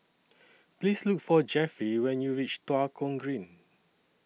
Please Look For Jeffrey when YOU REACH Tua Kong Green